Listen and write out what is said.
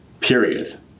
period